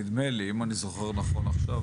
נדמה לי אם אני זוכר נכון עכשיו,